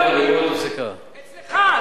אצלי או אצלך?